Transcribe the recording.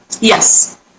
Yes